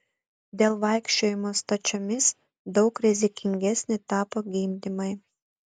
dėl vaikščiojimo stačiomis daug rizikingesni tapo gimdymai